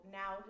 now